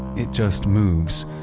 it just moves.